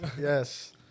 yes